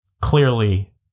clearly